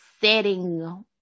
setting